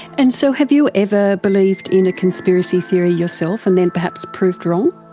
and so have you ever believed in a conspiracy theory yourself and then perhaps proved wrong?